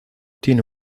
tiene